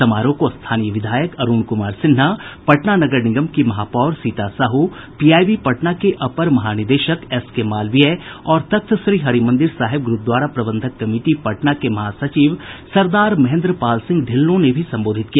समारोह को स्थानीय विधायक अरुण कुमार सिन्हा पटना नगर निगम की महापौर सीता साह पीआईबी पटना के अपर महानिदेशक एस के मालवीय और तख्त श्रीहरिमंदिर साहिब गुरूद्वारा प्रबंधक कमिटी पटना के महासचिव सरदार महेन्द्र पाल सिंह ढ़िल्लन ने भी संबोधित किया